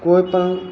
કોઈપણ